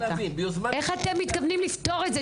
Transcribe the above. איך אתם מתכוונים לפתור את זה?